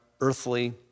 earthly